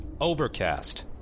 Overcast